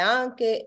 anche